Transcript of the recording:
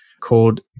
called